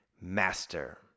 master